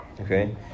Okay